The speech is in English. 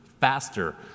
faster